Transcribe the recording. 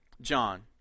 John